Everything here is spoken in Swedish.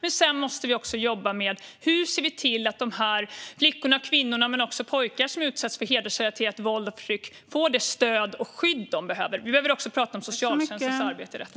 Men sedan måste vi också jobba med hur vi ser till att de flickor, kvinnor men också pojkar som utsätts för hedersrelaterat våld och förtryck får det stöd och skydd som de behöver. Vi behöver även prata om socialtjänstens arbete i detta.